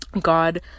God